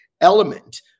element